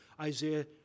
Isaiah